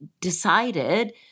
decided